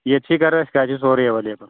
ییٚتی کَرَس چھِ سورُے ایویلیبٕل